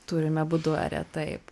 turime buduare taip